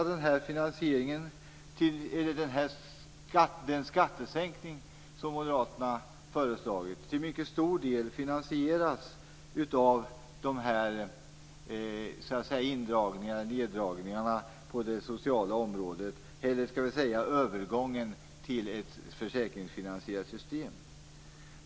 Den skattesänkning som Moderaterna har föreslagit skall till mycket stor del finansieras av neddragningarna på det sociala området, eller vi kan säga genom övergången till ett försäkringsfinansierat system.